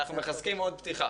אנחנו מחזקים עוד פתיחה